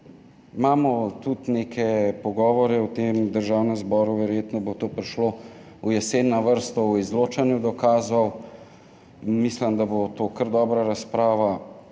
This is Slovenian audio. Imamo tudi neke pogovore v Državnem zboru, verjetno bo to prišlo jeseni na vrsto, o izločanju dokazov. Mislim, da bo to kar dobra razprava.